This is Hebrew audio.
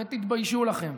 ותתביישו לכם.